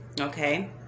okay